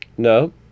No